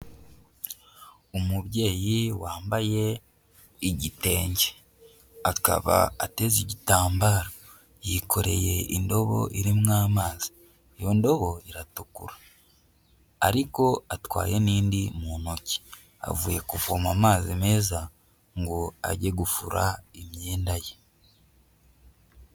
Umubyeyi wambaye igitenge akaba ateze igitambaro, yikoreye indobo irimo amazi iyo ndobo iratukura ariko atwaye n'indi mu ntoki avuye kuvoma amazi meza ngo ajye gufura imyenda ye.